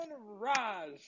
Raj